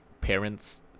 parents